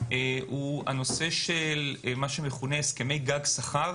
הוא הנושא של הסכמי גג שכר.